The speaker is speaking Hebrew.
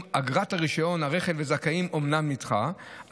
אגרת רישיון הרכב לזכאים אומנם נדחה,